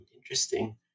interesting